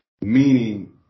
Meaning